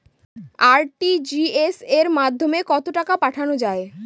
RTGS এর মাধ্যমে কত টাকা পাঠানো যায়?